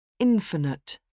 Infinite